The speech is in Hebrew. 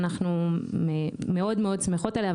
אנחנו מאוד מאוד שמחות עליה,